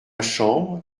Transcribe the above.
chambre